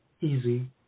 easy